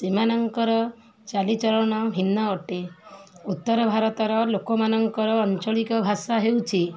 ସେମାନଙ୍କର ଚାଲିଚଳନ ଭିନ୍ନ ଅଟେ ଉତ୍ତର ଭାରତର ଲୋକମାନଙ୍କର ଆଞ୍ଚଳିକ ଭାଷା ହେଉଛି